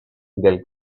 del